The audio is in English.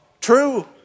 true